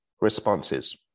responses